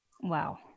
Wow